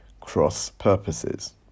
Cross-Purposes